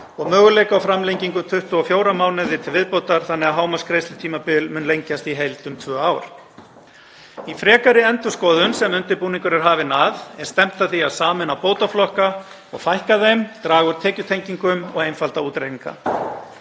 og möguleika á framlengingu í 24 mánuði til viðbótar þannig að hámarksgreiðslur tímabil mun lengjast í heild um tvö ár. Í frekari endurskoðun sem undirbúningur er hafinn að er stefnt að því að sameina bótaflokka og fækka þeim, draga úr tekjutengingum og einfalda útreikninga.